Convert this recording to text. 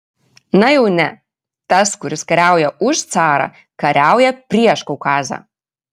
na jau ne tas kuris kariauja už carą kariauja prieš kaukazą